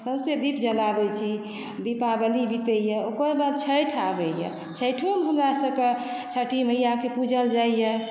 सौँसे दीप जड़ाबैत छी दीपावली बीतैए ओकर बाद छठि आबैए छैठौमे हमरासभके छठी मैआके पूजल जाइए